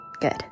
Good